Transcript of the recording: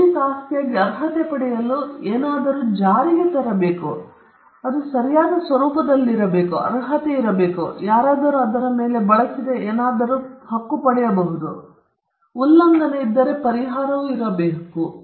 ಬೌದ್ಧಿಕ ಆಸ್ತಿಯಾಗಿ ಅರ್ಹತೆ ಪಡೆಯಲು ಏನಾದರೂ ಅದನ್ನು ಜಾರಿಗೆ ತರಬೇಕು ಅದು ಸರಿಯಾದ ಸ್ವರೂಪದಲ್ಲಿರಬೇಕು ಅರ್ಹತೆ ಇರಬೇಕು ಯಾರಾದರೂ ಅದರ ಮೇಲೆ ಬಳಸಿದ ಏನಾದರೂ ಹಕ್ಕು ಪಡೆಯಬಹುದು ಮತ್ತು ಉಲ್ಲಂಘನೆ ಇದ್ದರೆ ಅದು ಪರಿಹಾರವಾಗಿರಬೇಕು